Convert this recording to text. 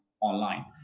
online